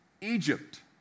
Egypt